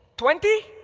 twenty?